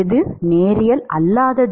எது நேரியல் அல்லாதது